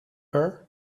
her